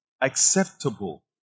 acceptable